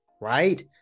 right